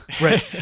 Right